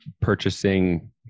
purchasing